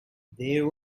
there